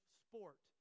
sport